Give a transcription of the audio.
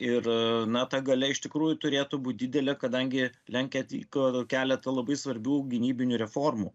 ir na ta galia iš tikrųjų turėtų būt didelė kadangi lenkija atiko keletą labai svarbių gynybinių reformų